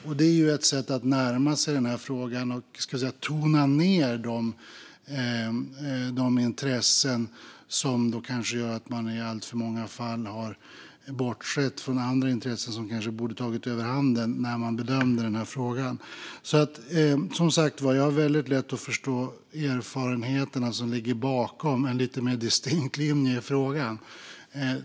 Detta är ett sätt att närma sig frågan och tona ned det som kanske gör att man i alltför många fall bortser från andra intressen som kanske borde ta överhanden när man bedömer detta. Jag har som sagt väldigt lätt att förstå de erfarenheter som ligger bakom en lite mer distinkt linje i frågan.